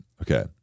okay